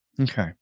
Okay